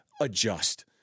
Adjust